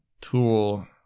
tool